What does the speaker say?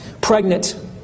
pregnant